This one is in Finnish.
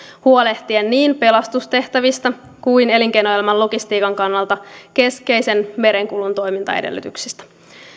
huolehtien niin pelastustehtävistä kuin elinkeinoelämän logistiikan kannalta keskeisen merenkulun toimintaedellytyksistä